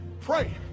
Pray